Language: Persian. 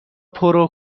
پرو